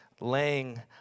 laying